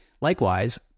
Likewise